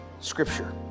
Scripture